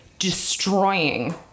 Destroying